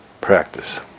practice